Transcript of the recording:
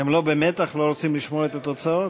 את התוצאות?